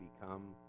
become